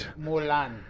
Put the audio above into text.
Mulan